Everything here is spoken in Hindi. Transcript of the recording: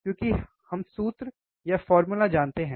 क्योंकि हम सूत्र जानते हैं